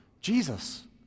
Jesus